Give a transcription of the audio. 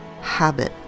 Habit